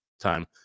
time